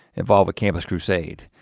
involved a campus crusade,